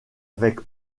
avec